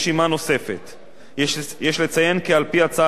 יש לציין כי על-פי הצעת החוק השינויים